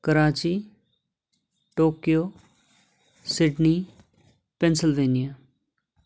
Karachi Tokyo Sydney pencil भेनियन